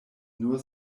nur